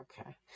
okay